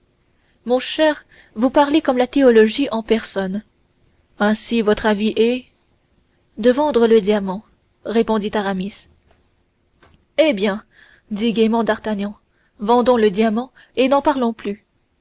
mon cher vous parlez comme la théologie en personne ainsi votre avis est de vendre le diamant répondit aramis eh bien dit gaiement d'artagnan vendons le diamant et n'en parlons plus